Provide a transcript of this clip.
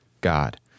God